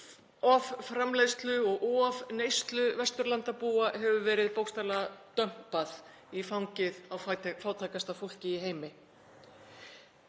offramleiðslu og ofneyslu Vesturlandabúa hefur verið bókstaflega dömpað í fangið á fátækasta fólki í heimi.